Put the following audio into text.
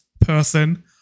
person